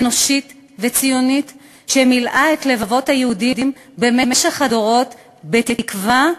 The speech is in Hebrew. אנושית וציונית שמילאה את לבבות היהודים במשך הדורות בתקווה,